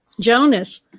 Jonas